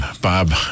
Bob